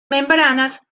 membranas